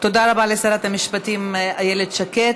תודה רבה לשרת המשפטים איילת שקד.